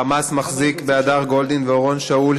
ה"חמאס" מחזיק בהדר גולדין ואורון שאול,